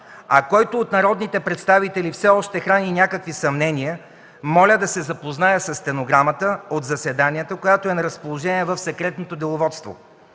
а който от народните представители все още храни някакви съмнения, моля да се запознае със стенограмата от заседанието, която е на разположение в Секретното деловодство.